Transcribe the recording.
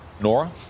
Nora